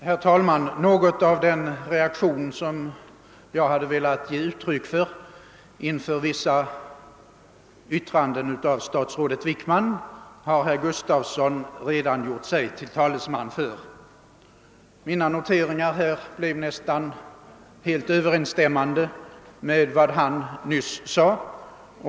Herr talman! Något av den reaktion som jag hade velat ge uttryck åt inför vissa yttranden av statsrådet Wickman har herr Gustafson i Göteborg redan uttryckt. Mina noteringar har blivit nästan helt överensstämmande med vad han nyss sade.